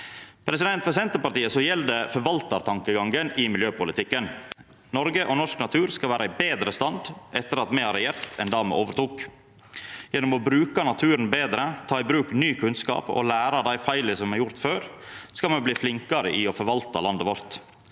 næringsliv. For Senterpartiet gjeld forvaltartankegangen i miljøpolitikken. Noreg og norsk natur skal vera i betre stand etter at me har regjert, enn då me overtok. Gjennom å bruka naturen betre, ta i bruk ny kunnskap og læra av dei feila som me har gjort før, skal me bli flinkare til å forvalta landet vårt.